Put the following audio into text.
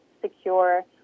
secure